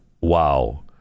wow